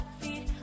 feet